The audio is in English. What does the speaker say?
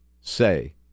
say